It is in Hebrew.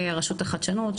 ורשות החדשנות?